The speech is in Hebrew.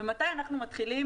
ומתי אנחנו מתחילים